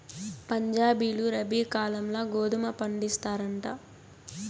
పంజాబీలు రబీ కాలంల గోధుమ పండిస్తారంట